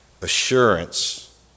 Assurance